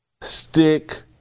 stick